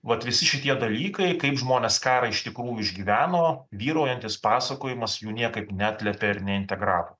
vat visi šitie dalykai kaip žmonės karą iš tikrųjų išgyveno vyraujantis pasakojimas jų niekaip neatliepė ir neintegravo